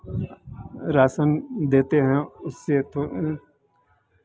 रासन देते हैं उससे तो